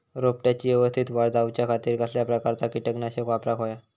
रोपट्याची यवस्तित वाढ जाऊच्या खातीर कसल्या प्रकारचा किटकनाशक वापराक होया?